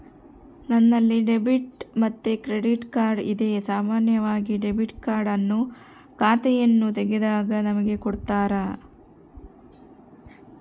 ನನ್ನಲ್ಲಿ ಡೆಬಿಟ್ ಮತ್ತೆ credit card ಇದೆ, ಸಾಮಾನ್ಯವಾಗಿ ಡೆಬಿಟ್ ಕಾರ್ಡ್ ಅನ್ನು ಖಾತೆಯನ್ನು ತೆಗೆದಾಗ ನಮಗೆ ಕೊಡುತ್ತಾರ